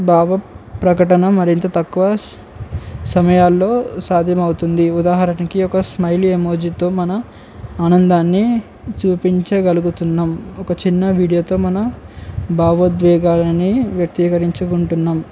భావ ప్రకటన మరింత తక్కువ సమయాల్లో సాధ్యమవుతుంది ఉదాహరణకి ఒక స్మైలీ ఎమోజితో మన ఆనందాన్ని చూపించగలుగుతున్నాం ఒక చిన్న వీడియోతో మన భావోద్వేగాలని వ్యక్తీకరించుకుంటున్నాం